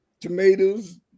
tomatoes